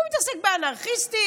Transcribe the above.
הוא מתעסק באנרכיסטים,